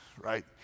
right